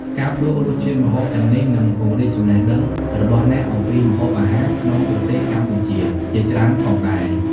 ការភ្លក្សរសជាតិម្ហូបទាំងនេះនឹងពង្រីកចំណេះដឹងរបស់អ្នកអំពីម្ហូបអាហារក្នុងប្រទេសកម្ពុជាជាច្រើនផងដែរ ។